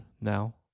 now